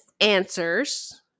answers